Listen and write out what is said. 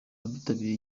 abitabiriye